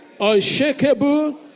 unshakable